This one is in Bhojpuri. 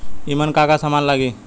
ईमन का का समान लगी?